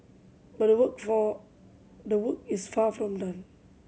but the work the work is far from done